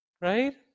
right